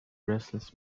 restless